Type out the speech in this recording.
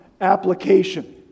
application